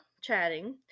chatting